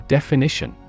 Definition